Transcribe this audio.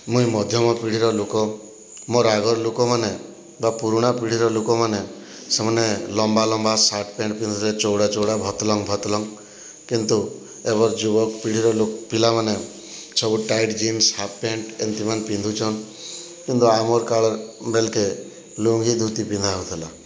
ମୁଇଁ ମଧ୍ୟମ ପିଢ଼ିର ଲୋକ ମୋର୍ ଆଗର୍ ଲୋକମାନେ ବା ପୁରୁଣା ପିଢ଼ିର ଲୋକମାନେ ସେମାନେ ଲମ୍ବା ଲମ୍ବା ସାର୍ଟ୍ ପ୍ୟାଣ୍ଟ୍ ପିନ୍ଧୁଥିଲେ ଚଉଡ଼ା ଚଉଡ଼ା ଭତ୍ଲଙ୍ଗ୍ ଫତ୍ଲଙ୍ଗ୍ କିନ୍ତୁ ଏବର୍ ଯୁବପିଢ଼ିର ପିଲାମାନେ ସବୁ ଟାଇଟ୍ ଜିନ୍ସ ହାଫ୍ ପ୍ୟାଣ୍ଟ୍ ଏମିତି ମାନେ ପିନ୍ଧୁଛନ୍ କିନ୍ତୁ ଆଗର୍ କାଳ୍ ବେଲ୍କେ ଲୁଙ୍ଗି ଧୁତି ପିନ୍ଧା ହେଉଥିଲା